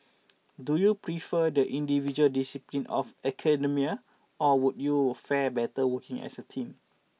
do you prefer the individual discipline of academia or would you fare better working as a team